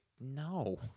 no